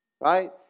Right